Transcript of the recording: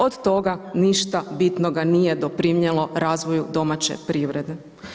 Od toga ništa bitnoga nije doprinijelo razvoju domaće privrede.